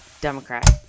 Democrat